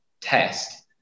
test